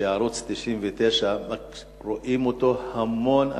שאת ערוץ-99 רואים המון אנשים.